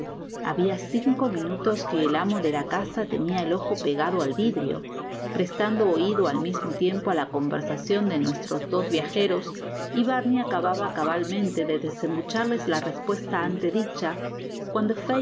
habia cinco minutos que el amo de la casa tenia el ojo pegado al vidrio prestando oido al mismo tiempo á la conversacion de nuestros dos viajeros y barney acababa cabalmente de desembucharles la respuesta ante dicha cuando